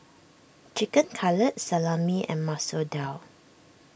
Chicken Cutlet Salami and Masoor Dal